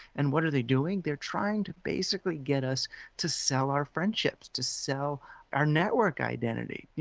and what are they doing? they're trying to basically get us to sell our friendships, to sell our network identity,